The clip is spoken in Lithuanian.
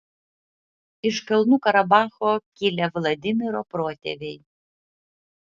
iš kalnų karabacho kilę vladimiro protėviai